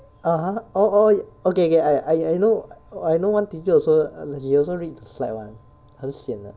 (uh huh) oh oh okay okay I I know I know one teacher also err she also read the slide [one] 很 sian 的